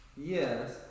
Yes